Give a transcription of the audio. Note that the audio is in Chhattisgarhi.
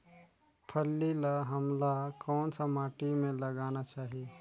फल्ली ल हमला कौन सा माटी मे लगाना चाही?